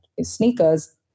sneakers